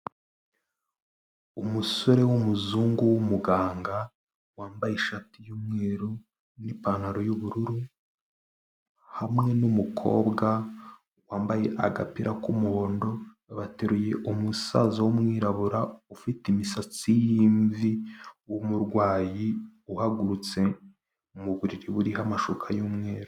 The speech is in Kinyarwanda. Umusore w'umuzungu w'umuganga, wambaye ishati y'umweru, n'ipantaro y'ubururu, hamwe n'umukobwa wambaye agapira k'umuhondo, bateruye umusaza w'umwirabura ufite imisatsi y'imvi w'umurwayi, uhagurutse mu buriri buriho amashuka y'umweru.